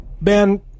Ben